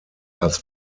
las